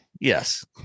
Yes